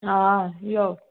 आं यो